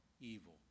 evil